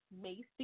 Macy